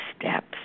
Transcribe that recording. steps